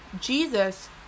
Jesus